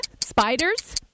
Spiders